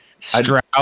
Stroud